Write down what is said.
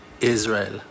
Israel